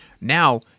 now